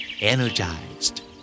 Energized